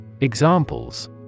Examples